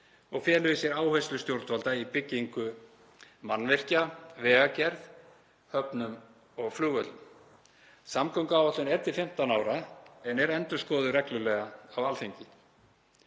og felur í sér áherslur stjórnvalda í byggingu mannvirkja, vegagerð, höfnum og flugvöllum. Samgönguáætlun er til 15 ára en er endurskoðuð reglulega á Alþingi.